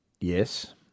Yes